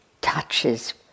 touches